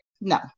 no